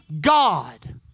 God